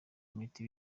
imiti